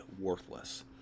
worthless